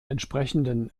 entsprechenden